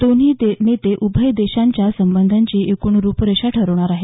दोन्ही नेते उभय देशांच्या संबंधांची एकूणच रुपरेषा ठरवणार आहे